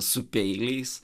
su peiliais